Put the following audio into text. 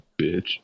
bitch